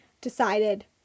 decided